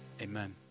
amen